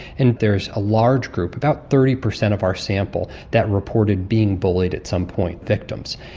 and there's a large group, about thirty percent of our sample, that reported being bullied at some point, victims.